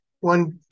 One